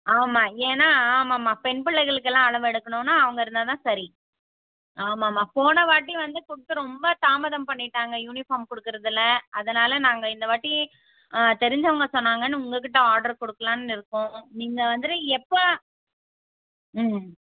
ஆமாம் ஏன்னால் ஆமாம்மா பெண் பிள்ளைகளுக்கெல்லாம் அளவு எடுக்கணுனா அவங்க இருந்தால்தான் சரி ஆமாம்மா போன வாட்டி வந்து கொடுத்து ரொம்ப தாமதம் பண்ணிவிட்டாங்க யூனிஃபார்ம் கொடுக்கறதுல அதனால் நாங்கள் இந்த வாட்டி தெரிஞ்சவங்க சொன்னாங்கனு உங்கள் கிட்டே ஆட்ரு கொடுக்குலாம்னு இருக்கோம் நீங்கள் வந்துட்டு எப்போ ம்